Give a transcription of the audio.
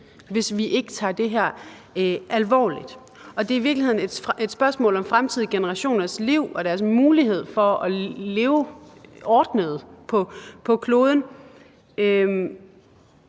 hvis ikke vi tager det her alvorligt. Det er i virkeligheden et spørgsmål om fremtidige generationers liv og deres mulighed for at leve under ordnede